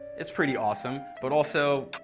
it's pretty awesome. but also,